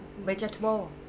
vegetable